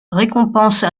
récompense